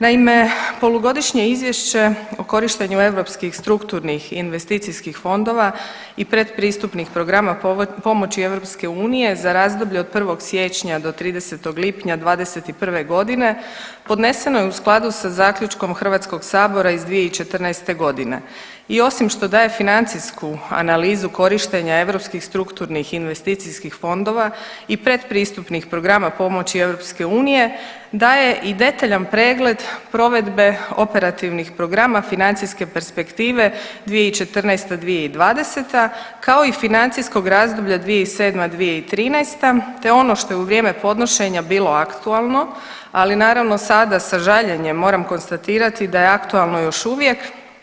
Naime, Polugodišnje izvješće o korištenju europskih strukturnih i investicijskih fondova i pretpristupnih programa pomoći EU za razdoblje od 1. siječnja do 30. lipnja '21. g. podneseno je u skladu sa Zaključkom HS-a iz 2014. g. i osim što daje financijsku analizu korištenja europskih strukturnih i investicijskih fondova i pretpristupnih programa pomoći EU, daje i detaljan pregled provedbe operativnih programa financijske perspektive 2014.-2020., kao i financijskog razdoblja 2007.-2013. te ono što je u vrijeme podnošenja bilo aktualno, ali naravno sada sa žaljenjem moram konstatirati da je aktualno još uvijek.